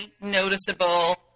noticeable